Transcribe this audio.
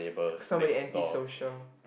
so very anti social